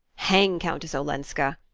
hang countess olenska!